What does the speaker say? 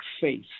faith